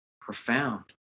profound